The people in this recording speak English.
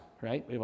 right